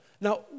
Now